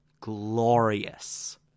Glorious